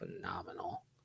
phenomenal